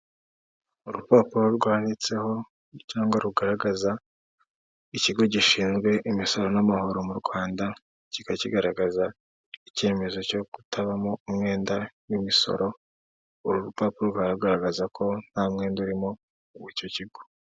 Urupapuro rwanditseho cyangwa rugaragaza ikigo gishinzwe imisoro n'amahoro m'u Rwanda, kikaba kigaragaza icyemezo cyo kutabamo umwenda w'imisoro, uru rupapuro ruragaragaza ko nta mwenda urimo w'icyo kigo.